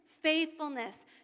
faithfulness